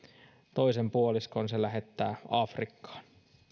toisen puoliskon se lähettää afrikkaan